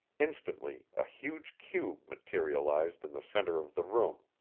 instantly, a huge cube materialized in the center of the room.